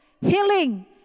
healing